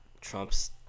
Trump's